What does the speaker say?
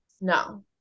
No